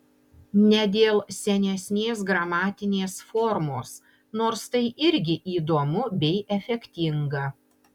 ne dėl senesnės gramatinės formos nors tai irgi įdomu bei efektinga